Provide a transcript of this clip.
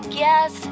guess